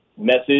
message